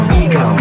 ego